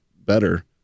better